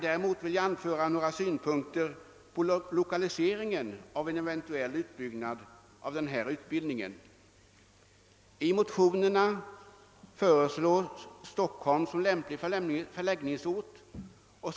Däremot vill jag anföra några synpunkter på lokaliseringen vid en eventuell utbyggnad av utbildningen. I motionerna föreslås Stockholm som lämplig förläggningsort för utbildningen i fråga.